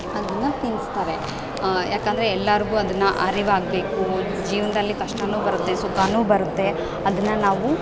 ಅದನ್ನು ತಿನ್ನಿಸ್ತಾರೆ ಯಾಕಂದರೆ ಎಲ್ಲಾರಿಗು ಅದನ್ನು ಅರಿವಾಗಬೇಕು ಜೀವನದಲ್ಲಿ ಕಷ್ಟ ಬರುತ್ತೆ ಸುಖ ಬರುತ್ತೆ ಅದನ್ನ ನಾವು